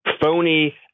phony